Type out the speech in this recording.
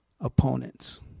opponents